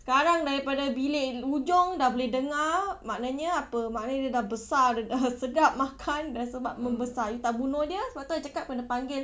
sekarang daripada bilik hujung dah boleh dengar maknanya apa maknanya dia dah besar dah dah sedap makan dah sempat membesar you tak bunuh dia sebab itu I cakap kena panggil